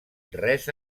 res